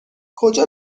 کجا